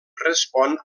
respon